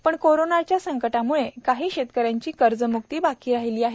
पण कोरोनाच्या संकटाम्ळे काही शेतकऱ्यांची कर्जम्क्ती बाकी राहिली आहे